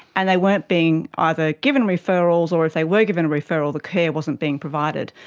and they weren't being either given referrals, or if they weren't given a referral the care wasn't being provided.